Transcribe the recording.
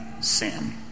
sin